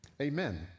Amen